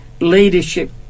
leadership